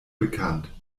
bekannt